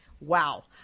Wow